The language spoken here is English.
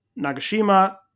Nagashima